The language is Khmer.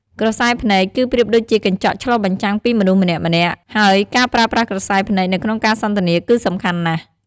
ក្រសែភ្នែក គឺប្រៀបដូចជាកញ្ចក់ឆ្លុះបញ្ចាំងពីមនុស្សម្នាក់ៗ ហើយការប្រើប្រាស់ក្រសែភ្នែកនៅក្នុងការសន្ទនាគឺសំខាន់ណាស់។